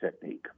technique